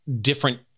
different